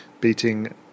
beating